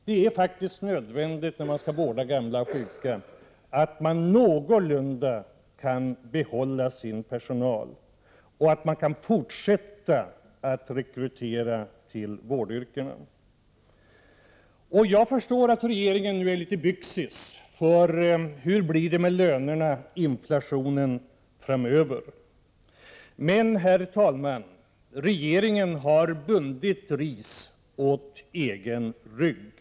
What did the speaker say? Det är faktiskt nödvändigt för vården av gamla och sjuka att personalen någorlunda kan behållas och att det går att rekrytera folk till vårdyrkena i fortsättningen. Jag förstår att regeringen nu är litet ”byxis” inför utvecklingen vad gäller lönerna och inflationen framöver. Regeringen har bundit ris åt egen rygg.